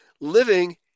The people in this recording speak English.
living